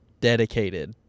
dedicated